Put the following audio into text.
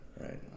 right